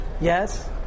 Yes